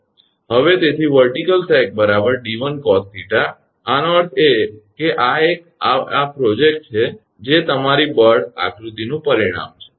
હવે તેથી 𝑣𝑒𝑟𝑡𝑖𝑐𝑎𝑙 𝑆𝑎𝑔 𝑑1cos𝜃 આનો અર્થ એ કે આ એક આ આ પ્રોજેક્ટ છે જે તમારી બળ આકૃતિનું પરિણામ છે